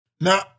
now